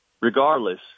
regardless